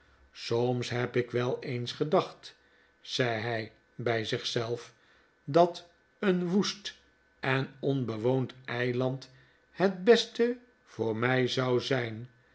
soms heb ik wel eens gedacht zei hij bij zich zelf dat een woest en onbewoond eiland het beste voor mij zou zijn